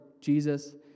Jesus